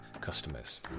customers